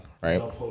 right